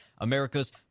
America's